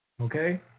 Okay